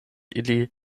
ili